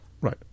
Right